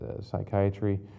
psychiatry